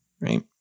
right